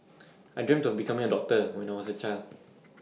I dreamt of becoming A doctor when I was A child